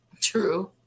true